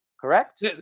Correct